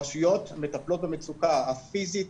הרשויות מטפלות במצוקה הפיזית,